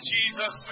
Jesus